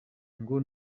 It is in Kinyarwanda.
ngo